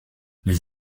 les